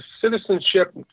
citizenship